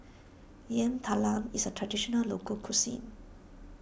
Yam Talam is a Traditional Local Cuisine